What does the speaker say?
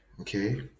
Okay